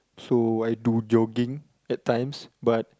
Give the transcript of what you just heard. so I do jogging at times but